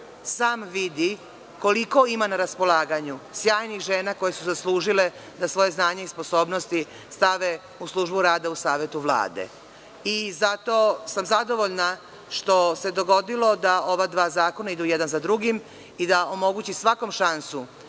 sam vidi koliko ima na raspolaganju sjajnih žena koje su zaslužile da svoje znanje i sposobnosti stave u službu rada u savetu Vlade. Zato sam zadovoljna što se dogodilo da ova dva zakona idu jedan za drugim i da omogući svaku šansu